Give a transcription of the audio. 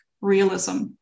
realism